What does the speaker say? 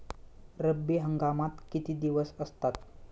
रब्बी हंगामात किती दिवस असतात?